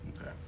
Okay